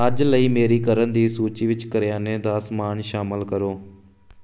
ਅੱਜ ਲਈ ਮੇਰੀ ਕਰਨ ਦੀ ਸੂਚੀ ਵਿੱਚ ਕਰਿਆਨੇ ਦਾ ਸਮਾਨ ਸ਼ਾਮਲ ਕਰੋ